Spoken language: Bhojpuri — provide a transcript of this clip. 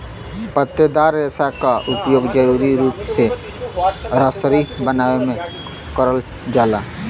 पत्तेदार रेसा क उपयोग जरुरी रूप से रसरी बनावे में करल जाला